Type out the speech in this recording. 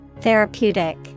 Therapeutic